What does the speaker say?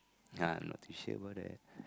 ya I'm not too sure about that